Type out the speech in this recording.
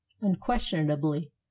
unquestionably